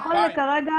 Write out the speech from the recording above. נכון לעתה